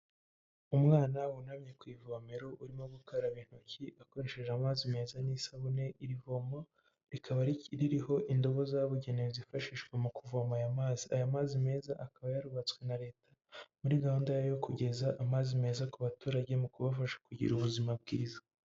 Umwana wunamye ku ivomero urimo gukaraba intoki akoresheje amazi meza n'isabune, iri vomo rikaba ririho indobo zabugenewe zifashishwa mu kuvoma aya mazi, aya mazi meza akaba yarubatswe na leta muri gahunda yayo kugeza amazi meza ku baturage mu kubafasha kugira ubuzima bwiza.